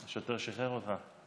השוטר שחרר אותך.